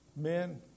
Men